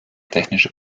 technische